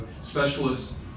specialists